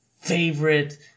favorite